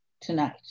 tonight